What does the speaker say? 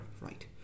right